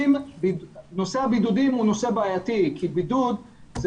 נושא בידודים הוא בעייתי כי בידוד זה